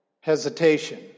hesitation